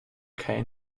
kai